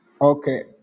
Okay